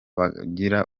bagira